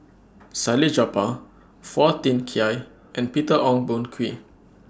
Salleh Japar Phua Thin Kiay and Peter Ong Boon Kwee